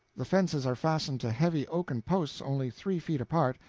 the fences are fastened to heavy oaken posts only three feet apart,